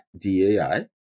DAI